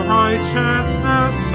righteousness